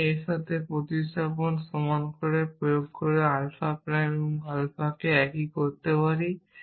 আমি এর সাথে প্রতিস্থাপন x সমান প্রয়োগ করে আলফা প্রাইম এবং আলফাকে একই করতে পারি